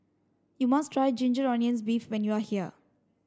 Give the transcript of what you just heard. you must try ginger onions beef when you are here